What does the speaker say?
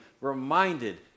Reminded